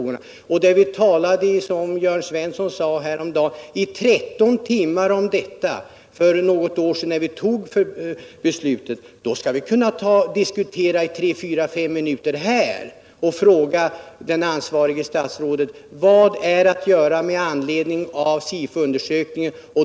När vi, som Jörn Svensson sade häromdagen, för något år sedan talade i 13 timmar om detta innan vi fattade mellanölsbeslutet, skall vi väl kunna diskutera denna fråga i fyra fem minuter och få höra av det ansvariga statsrådet vad som är att göra med anledning av SIFO-undersökningen.